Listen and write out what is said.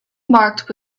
marked